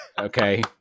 Okay